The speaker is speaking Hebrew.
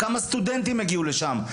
כמה סטודנטים יגיעו לשם,